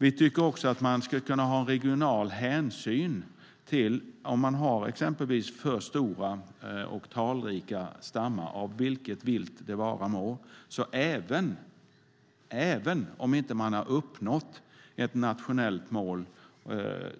Vi tycker också att man ska kunna ha regionala hänsyn vid för stora och talrika stammar av vilket vilt det vara må. Även om man inte har uppnått ett nationellt mål